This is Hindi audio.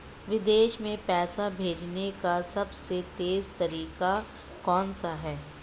विदेश में पैसा भेजने का सबसे तेज़ तरीका कौनसा है?